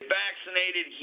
vaccinated